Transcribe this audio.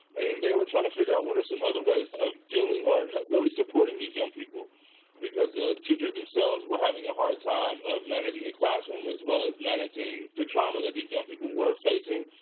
and they were trying to figure out what are some other ways of dealing, or really supporting these young people because the teachers themselves were having a hard time of managing a classroom as well as managing the trauma that these young people were facing,